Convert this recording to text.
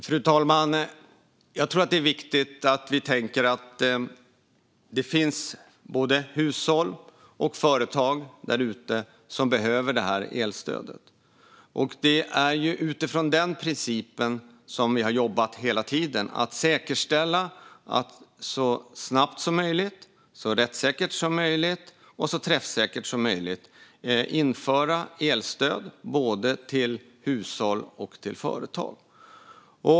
Fru talman! Jag tror att det är viktigt att tänka på att det finns både hushåll och företag där ute som behöver det här elstödet. Det är ju utifrån den principen som vi har jobbat hela tiden: att säkerställa att så snabbt som möjligt, så rättssäkert som möjligt och så träffsäkert som möjligt införa elstöd till både hushåll och företag.